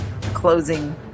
closing